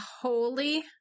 holy